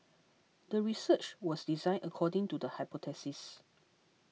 the research was designed according to the hypothesis